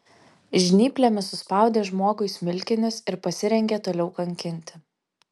žnyplėmis suspaudė žmogui smilkinius ir pasirengė toliau kankinti